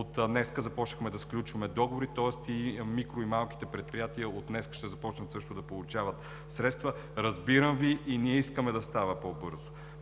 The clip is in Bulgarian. От днес започнахме да сключваме договори. Тоест и микро, и малките предприятия от днес ще започнат също да получават средства. Разбирам Ви. И ние искаме да става по-бързо,